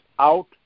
out